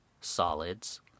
solids